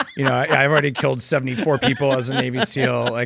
i've already killed seventy four people as a navy seal, like